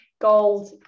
gold